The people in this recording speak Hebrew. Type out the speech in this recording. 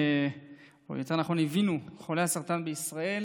יותר נכון הבינו חולי הסרטן בישראל